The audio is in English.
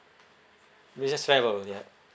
they just travel ya